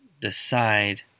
decide